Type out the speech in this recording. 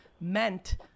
meant